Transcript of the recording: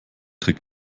trick